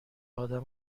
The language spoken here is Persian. آدم